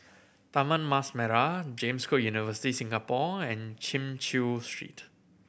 Taman Mas Merah James Cook University Singapore and Chin Chew Street